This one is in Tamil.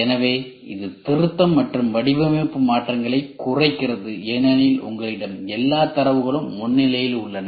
எனவே இது திருத்தம் மற்றும் வடிவமைப்பு மாற்றங்களை குறைக்கிறது ஏனெனில் உங்களிடம் எல்லா தரவுகளும் முன்னணியில் உள்ளன